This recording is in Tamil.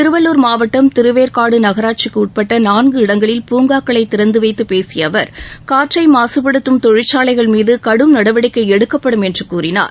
திருவள்ளூர் மாவட்டம் திருவேற்காடு நகராட்சிக்குட்பட்ட நான்கு இடங்களில் பூங்காக்களை திறந்து வைத்து அவர் பேசிய அவர் காற்றை மாசுப்படுத்தும் தொழிற்சாலைகள் மீது கடும் நடவடிக்கை எடுக்கப்படும் என்று கூறினார்